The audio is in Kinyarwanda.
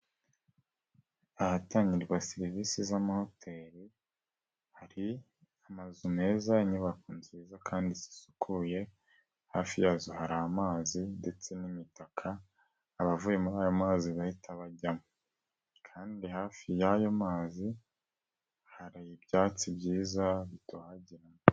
Ahatangirwa serivisi z'amahoteli hari amazu meza inyubako nziza kandi zisukuye, hafi yazo hari amazi ndetse n'imitaka abavuye muri ayo mazi bahita bajyamo kandi hafi y'ayo mazi hari ibyatsi byiza bitohagiye.